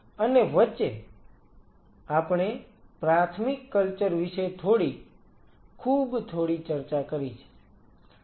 અને વચ્ચે આપણે પ્રાથમિક કલ્ચર વિશે થોડી ખુબ થોડી ચર્ચા કરી છે